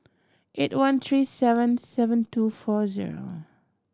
eight one three seven seven two four zero